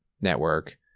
network